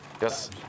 Yes